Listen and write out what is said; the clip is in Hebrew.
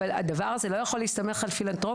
אבל הדבר הזה לא יכול להסתמך על פילנתרופיה.